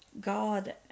God